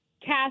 Cast